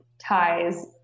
ties